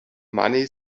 money